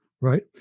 right